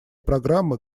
программы